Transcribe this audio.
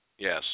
Yes